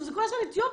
זה כל הזמן אתיופי.